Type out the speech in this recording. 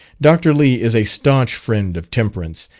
dr. lee is a staunch friend of temperance,